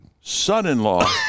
son-in-law